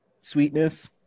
sweetness